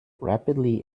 rapidly